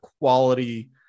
quality